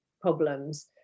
problems